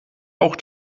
auch